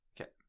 Okay